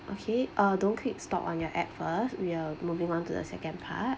okay uh don't click stock on your app first we are moving on to the second part